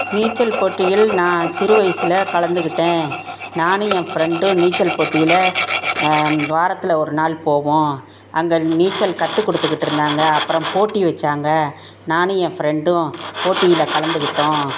நீச்சல் போட்டியில் நான் சிறுவயசில் கலந்துக்கிட்டேன் நானும் என் ஃப்ரெண்டும் நீச்சல் போட்டியில் வாரத்தில் ஒரு நாள் போவோம் அங்கே நீச்சல் கற்றுக் கொடுத்துக்கிட்ருந்தாங்க அப்புறம் போட்டி வெச்சாங்க நானும் என் ஃப்ரெண்டும் போட்டியில் கலந்துக்கிட்டோம்